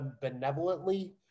benevolently